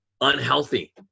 unhealthy